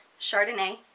Chardonnay